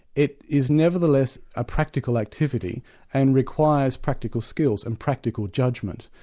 it is nevertheless a practical activity and requires practical skills and practical judgment.